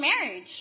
marriage